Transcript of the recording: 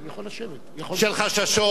של חששות,